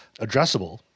addressable